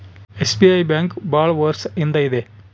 SBI bank ಭಾಳ ವರ್ಷ ಇಂದ ಇದೆ